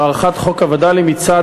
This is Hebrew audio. והארכת תוקפו של חוק הווד"לים היא צעד